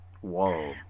Whoa